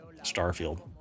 Starfield